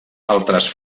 altres